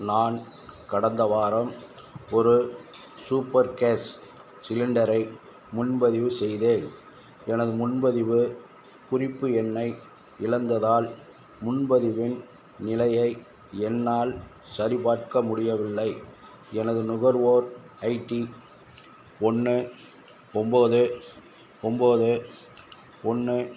நான் கடந்த வாரம் ஒரு சூப்பர் கேஸ் சிலிண்டரை முன்பதிவு செய்தேன் எனது முன்பதிவு குறிப்பு எண்ணை இழந்ததால் முன்பதிவின் நிலையை என்னால் சரிபார்க்க முடியவில்லை எனது நுகர்வோர் ஐடி ஒன்று ஒம்போது ஒம்போது ஒன்று